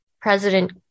President